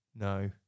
No